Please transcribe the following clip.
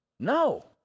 No